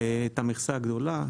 את המכסה הגדולה,